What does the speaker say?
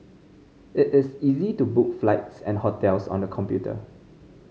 it is easy to book flights and hotels on the computer